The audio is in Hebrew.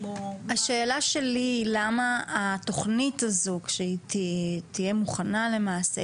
השאלה שלי היא למה התוכנית הזו כשהיא תהיה מוכנה למעשה,